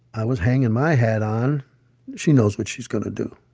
i was hanging my hat on she knows what she's going to do